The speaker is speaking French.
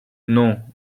non